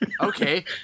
Okay